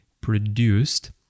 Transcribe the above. produced